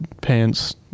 pants